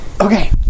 Okay